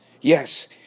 yes